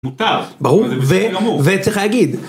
מותר, ברור. וצריך להגיד.